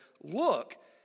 Look